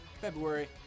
February